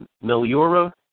Meliora